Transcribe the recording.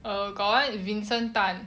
err got one is vincent tan